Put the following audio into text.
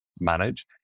manage